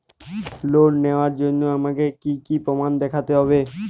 Loan নেওয়ার জন্য আমাকে কী কী প্রমাণ দেখতে হবে?